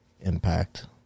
impact